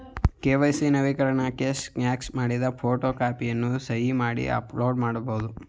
KYC ನವೀಕರಣಕ್ಕೆ scan ಮಾಡಿದ photo ಕಾಪಿಯನ್ನು ಸಹಿ ಮಾಡಿ ಅಪ್ಲೋಡ್ ಮಾಡಬಹುದೇ?